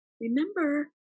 remember